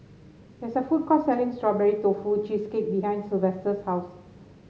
there is a food court selling Strawberry Tofu Cheesecake behind Silvester's house